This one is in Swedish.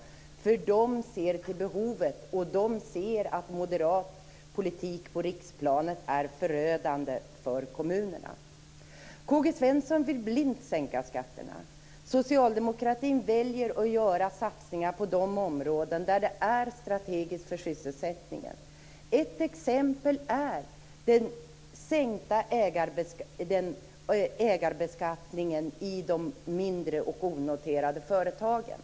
De ser nämligen till behovet, och de ser att moderat politik på riksplanet är förödande för kommunerna. K-G Svenson vill blint sänka skatterna. Socialdemokratin väljer att göra satsningar på de områden där det är strategiskt för sysselsättningen. Ett exempel är den sänkta ägarbeskattningen i de mindre och onoterade företagen.